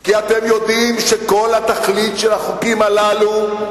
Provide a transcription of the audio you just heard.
כי אתם יודעים שכל התכלית של החוקים הללו,